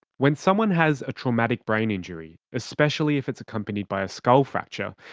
when someone has a traumatic brain injury, especially if it's accompanied by a skull fracture,